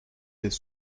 des